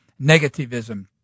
negativism